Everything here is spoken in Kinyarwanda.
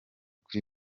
kuri